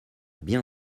bien